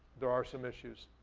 there are some issues.